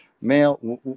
male